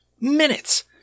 minutes